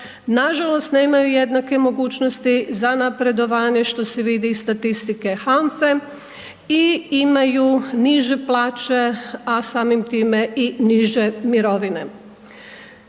Nažalost, nemaju jednake mogućnosti za napredovanje, što se vidi iz statistike HANFA-e i imaju niže plaće, a samim time i niže mirovine.